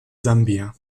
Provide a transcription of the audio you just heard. sambia